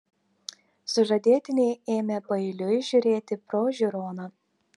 sužadėtiniai ėmė paeiliui žiūrėti pro žiūroną